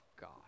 God